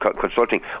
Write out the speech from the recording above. consulting